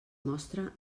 mostra